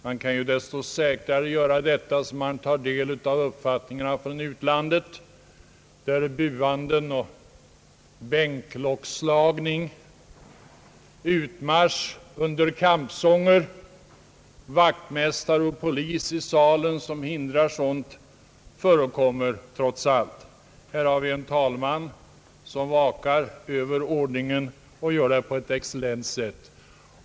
Man kan ju desto säkrare göra detta när man tar del av uppfattningarna från utlandet, där buanden, bänklockslagning, utmarsch under kampsånger, vaktmästare och polis i salen, som hindrar sådant, förekommit trots allt. Här har vi en talman som vakar över ordningen och gör det på ett excellent sätt.